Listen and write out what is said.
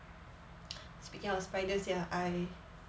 speaking of spiders ya I